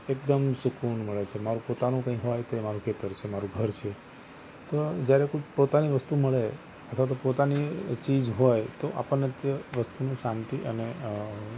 એકદમ સુકૂન મળે છે મારું પોતાનું કંઈ હોય તો એ મારું ખેતર છે મારું ઘર છે જયારે કોઈ પોતાની વસ્તુ મળે અથવા તો પોતાની ચીજ હોય તો આપણને તે વસ્તુની શાંતિ અને અ